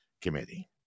Committee